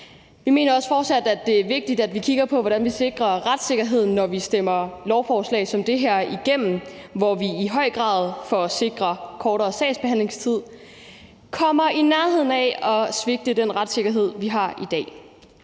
Vi mener også fortsat, at det er vigtigt, at vi kigger på, hvordan vi sikrer retssikkerheden, når vi stemmer et lovforslag som det her igennem, hvor vi i høj grad, for at sikre kortere sagsbehandlingstid, kommer i nærheden af at svigte den retssikkerhed, vi har i dag.